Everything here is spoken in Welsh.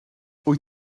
wyt